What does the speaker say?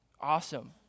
awesome